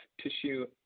tissue